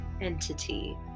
entity